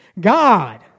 God